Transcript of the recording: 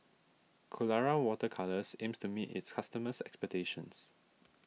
Colora Water Colours aims to meet its customers' expectations